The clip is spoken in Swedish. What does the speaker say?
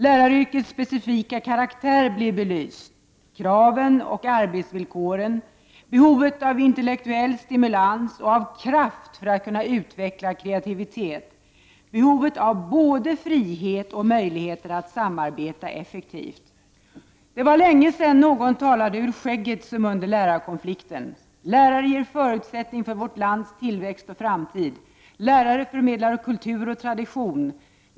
Läraryrkets specifika karaktär blev belyst — kraven och arbetsvillkoren, behovet av intellektuell stimulans och av kraft för att kunna utveckla kreativitet, behovet av både frihet och möjligheter att samarbeta effektivt. Det var länge sedan någon talade ur skägget som under lärarkonflikten: Lärare ger förutsättningar för vårt lands tillväxt och framtid. Lärare förmedlar kultur och tradition.